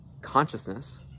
consciousness